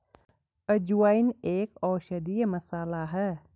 अजवाइन एक औषधीय मसाला है